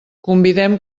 convidem